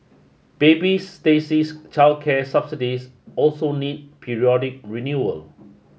baby Stacey's childcare subsidies also need periodic renewal